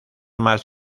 más